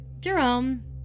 Jerome